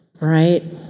right